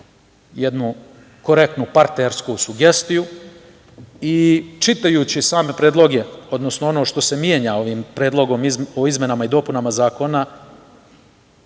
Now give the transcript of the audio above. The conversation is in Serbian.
jednu korektnu partnersku sugestiju. Čitajući same predloge, odnosno ono što se mene ovim Predlogom o izmenama i dopunama Zakona,